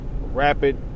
rapid